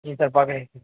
ம் சார் பார்க்கறேன் சார்